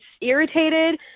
irritated